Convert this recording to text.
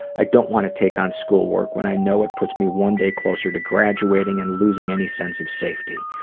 i don't want to take on school work when i know it will put me one day closer to graduating and losing any sense of safety.